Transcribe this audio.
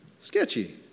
Sketchy